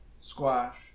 squash